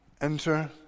Enter